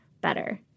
better